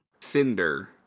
Cinder